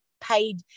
paid